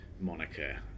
moniker